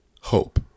hope